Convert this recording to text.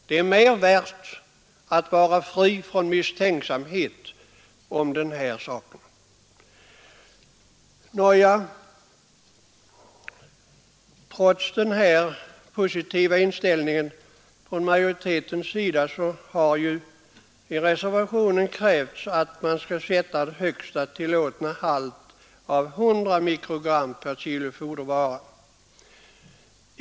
Det är mer värt att vara fri från misstänksamhet i fråga om aflatoxinhalten. Trots denna positiva inställning från majoritetens sida har i reserva tionen krävts att den högsta tillåtna halten aflatoxin skall sänkas till 100 mikrogram per kg fodervara.